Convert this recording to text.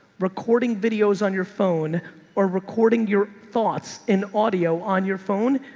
recording videos on your phone or recording your thoughts in audio on your phone,